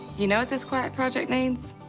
you know what this quiet project needs?